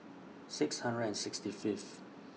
six hundred and sixty Fifth